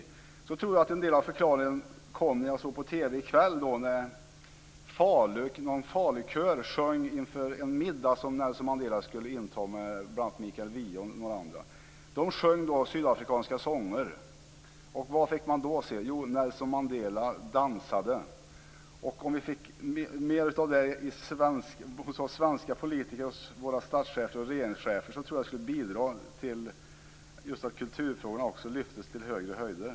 Jag tror att en del av förklaringen till detta kom när jag såg på TV i kväll. Det var en Falukör som sjöng inför en middag som Nelson Mandela skulle inta med bl.a. Mikael Wiehe och några andra. De sjöng sydafrikanska sånger, och vad fick man då se? Jo, Nelson Mandela dansade. Om vi fick mer av det hos våra svenska politiker och hos våra statschefer och regeringschefer tror jag att det skulle bidra till att kulturfrågorna lyftes till högre höjder.